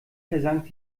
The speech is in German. versank